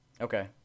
Okay